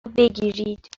بگیرید